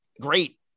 great